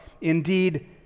indeed